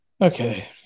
Okay